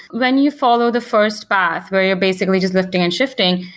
when you follow the first path where you're basically just lifting and shifting,